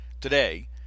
today